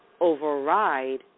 override